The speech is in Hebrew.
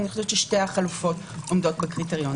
שתי החלופות עומדות בקריטריון.